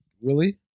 Willie